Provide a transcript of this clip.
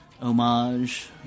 homage